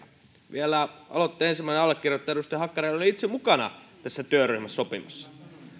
aloitteen ensimmäinen allekirjoittaja edustaja hakkarainen oli vielä itse mukana tässä työryhmässä sopimassa